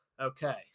okay